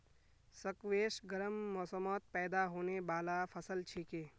squash गर्म मौसमत पैदा होने बाला फसल छिके